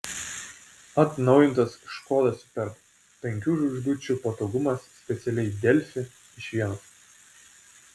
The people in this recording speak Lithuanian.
atnaujintas škoda superb penkių žvaigždučių patogumas specialiai delfi iš vienos